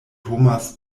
thomas